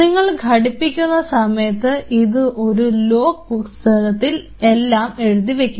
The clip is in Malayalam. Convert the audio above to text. നിങ്ങൾ ഘടിപ്പിക്കുന്ന സമയത്ത് ഇത് ഒരു ലോഗ് പുസ്തകത്തിൽ എല്ലാം എഴുതി വയ്ക്കുക